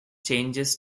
changes